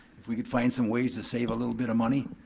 we could find some ways to save a little bit of money.